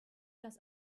das